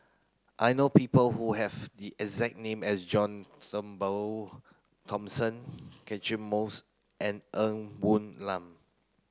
I know people who have the exact name as John Turnbull Thomson Catchick Moses and Ng Woon Lam